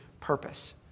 purpose